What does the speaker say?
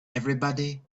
everybody